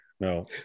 No